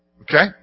Okay